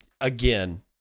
again